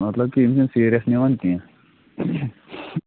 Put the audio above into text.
مطلب کہ یِم چھِنہٕ سیٖرَس نِوان کیٚنہہ